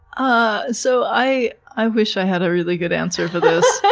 um so i i wish i had a really good answer for this.